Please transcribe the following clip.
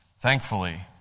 Thankfully